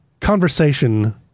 conversation